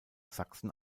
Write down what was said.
sachsen